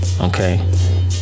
Okay